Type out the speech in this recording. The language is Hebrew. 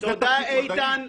תודה איתן.